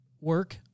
work